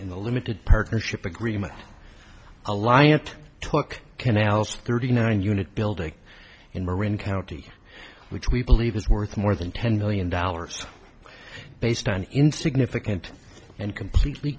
in the limited partnership agreement alliant took canal's thirty nine unit building in marin county which we believe is worth more than ten million dollars based on insignificant and completely